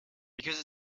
because